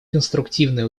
конструктивное